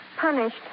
Punished